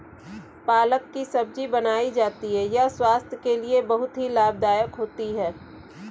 पालक की सब्जी बनाई जाती है यह स्वास्थ्य के लिए बहुत ही लाभदायक होती है